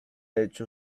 hecho